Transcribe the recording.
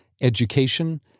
Education